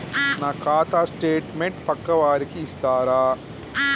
నా ఖాతా స్టేట్మెంట్ పక్కా వారికి ఇస్తరా?